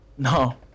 No